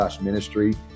Ministry